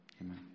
Amen